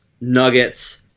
Nuggets